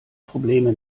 probleme